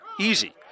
Easy